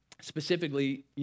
specifically